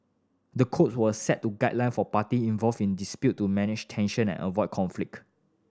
the code will set to guideline for party involve in dispute to manage tension and avoid conflict